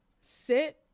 sit